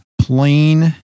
plain